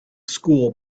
school